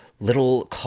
Little